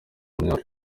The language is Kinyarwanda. myaka